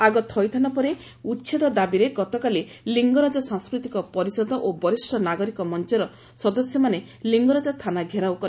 ଆଗ ଥଇଥାନ ପରେ ଉଛେଦ ଦାବିରେ ଗତକାଲି ଲିଙ୍ଗରାଜ ସାଂସ୍କୃତିକ ପରିଷଦ ଓ ବରିଷ୍ଡ ନାଗରିକ ମଞ୍ଚର ସଦସ୍ୟମାନେ ଲିଙ୍ଗରାଜ ଥାନା ଘେରାଉ କହିଥିଲେ